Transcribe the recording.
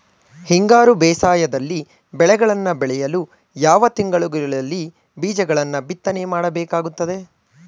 ಹಿಂಗಾರು ಬೇಸಾಯದಲ್ಲಿ ಬೆಳೆಗಳನ್ನು ಬೆಳೆಯಲು ಯಾವ ತಿಂಗಳುಗಳಲ್ಲಿ ಬೀಜಗಳನ್ನು ಬಿತ್ತನೆ ಮಾಡಬೇಕಾಗುತ್ತದೆ?